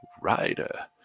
Rider